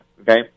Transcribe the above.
Okay